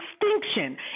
extinction